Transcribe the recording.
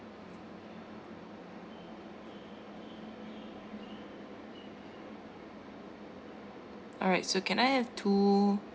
alright so can I have two